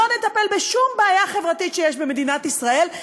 לא נטפל בשום בעיה חברתית שיש במדינת ישראל.